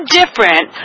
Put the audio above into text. different